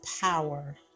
power